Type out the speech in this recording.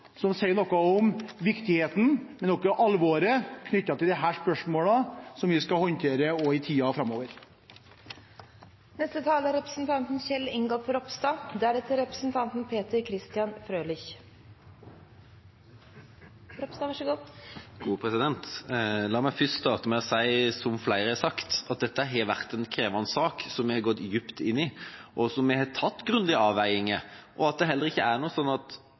bare sier noe om viktigheten, men også om alvoret knyttet til disse spørsmålene som vi skal håndtere også i tiden framover. La meg starte med å si, som flere har sagt, at dette har vært en krevende sak, som vi har gått dypt inn i, og vi har tatt grundige avveininger. Det er heller ikke sånn at grensen for når man kan bruke de ulike metodene, nødvendigvis er statisk og at det er en fasit på det. Det er derfor helt greit at